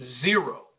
Zero